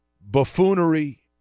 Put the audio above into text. buffoonery